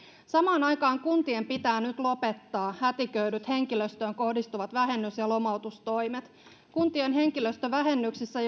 samaan aikaan kuntien pitää nyt lopettaa hätiköidyt henkilöstöön kohdistuvat vähennys ja lomautustoimet kuntien henkilöstövähennyksissä